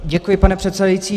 Děkuji, pane předsedající.